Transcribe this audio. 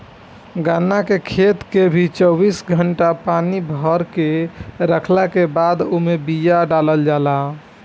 गन्ना के खेत के भी चौबीस घंटा पानी भरके रखला के बादे ओमे बिया डालल जाला